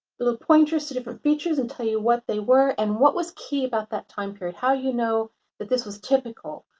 pointers to different features and tell you what they were and what was key about that time period. how you know that this was typical,